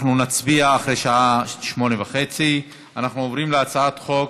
אנחנו נצביע אחרי השעה 20:30. אנחנו עוברים להצעת חוק